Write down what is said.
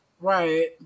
Right